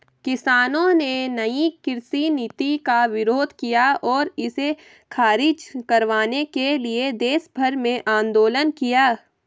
किसानों ने नयी कृषि नीति का विरोध किया और इसे ख़ारिज करवाने के लिए देशभर में आन्दोलन किया